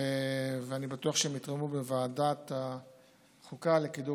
ואני בטוח שהם יתרמו בוועדת החוקה לקידום